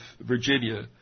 Virginia